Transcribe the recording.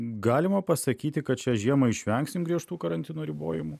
galima pasakyti kad šią žiemą išvengsim griežtų karantino ribojimų